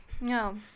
no